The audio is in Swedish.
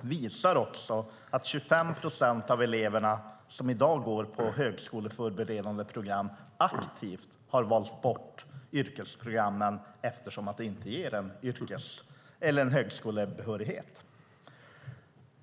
visar också att 25 procent av de elever som i dag går på högskoleförberedande program aktivt har valt bort yrkesprogrammen eftersom de inte ger högskolebehörighet.